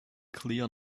clear